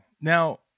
Now